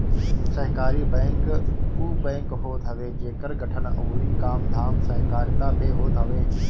सहकारी बैंक उ बैंक होत हवे जेकर गठन अउरी कामधाम सहकारिता पे होत हवे